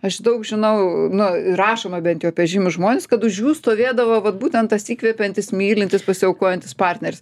aš daug žinau nu rašoma bent jau apie žymius žmones kad už jų stovėdavo vat būtent tas įkvepiantis mylintis pasiaukojantis partneris